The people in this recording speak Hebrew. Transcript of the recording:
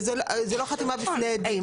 וזה לא חתימה בפני עדים.